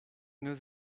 nos